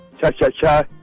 cha-cha-cha